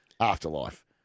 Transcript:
Afterlife